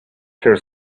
clear